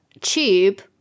Tube